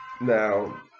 now